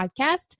podcast